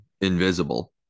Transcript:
invisible